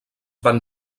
van